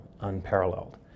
unparalleled